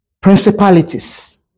Principalities